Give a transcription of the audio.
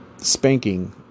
Spanking